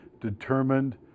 determined